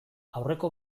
aurreko